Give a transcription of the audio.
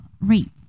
rate